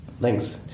Thanks